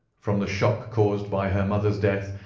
from the shock caused by her mother's death,